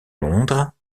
londres